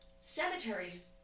Cemeteries